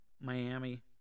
miami